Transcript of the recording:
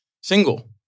single